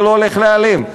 זה לא הולך להיעלם.